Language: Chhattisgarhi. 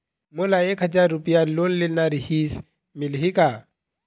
मोला एक हजार रुपया लोन लेना रीहिस, मिलही का?